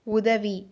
உதவி